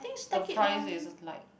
the price is like